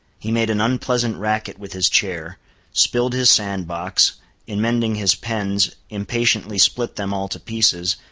he made an unpleasant racket with his chair spilled his sand-box in mending his pens, impatiently split them all to pieces,